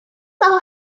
know